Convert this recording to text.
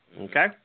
Okay